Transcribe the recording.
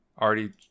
already